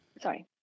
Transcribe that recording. Sorry